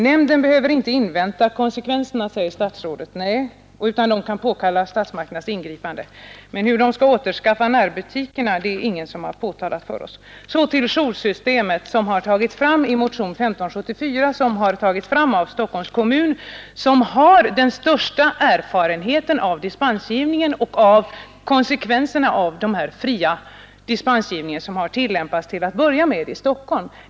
Nämnden behöver inte invänta konsekvenserna, säger statsrådet, innan den kan påkalla statsmakternas ingripande. Nej, men hur den skall återskaffa närbutikerna har statsrådet inte talat om för oss. Så till joursystemet som har anvisats i motionen 1574. Förslaget har kommit från Stockholms kommun, som har den största erfarenheten av dispensgivningen och av konsekvenserna av den fria dispengivning som tillämpats till att börja med i Stockholm.